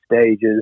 stages